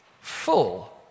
full